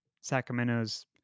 Sacramento's